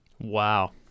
Wow